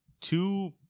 two